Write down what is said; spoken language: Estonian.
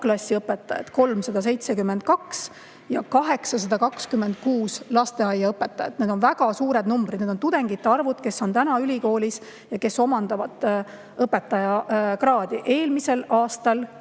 [keda on] 372; ja 826 lasteaiaõpetajat. Need on väga suured numbrid. Need on tudengite arvud, kes on täna ülikoolis ja kes omandavad õpetajakraadi. Eelmise aasta